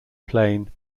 plain